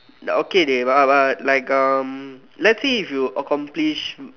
okay dey but but like um let's say if you accomplish